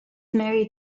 married